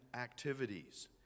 activities